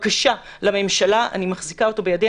בקשה לממשלה אני מחזיקה אותו בידי,